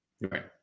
Right